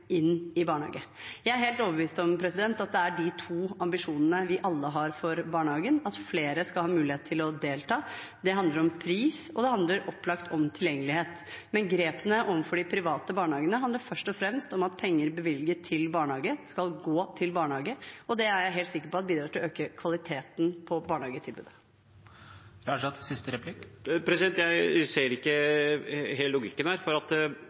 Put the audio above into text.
inn i barnehage. Jeg er helt overbevist om at det er de to ambisjonene vi alle har for barnehagen, at flere skal ha mulighet til å delta. Det handler om pris, og det handler opplagt om tilgjengelighet. Men grepene overfor de private barnehagene handler først og fremst om at penger bevilget til barnehage skal gå til barnehage, og det er jeg helt sikker på bidrar til å øke kvaliteten på barnehagetilbudet. Jeg ser ikke helt logikken her.